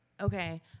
Okay